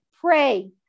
pray